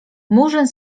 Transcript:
murzyn